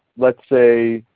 let's say,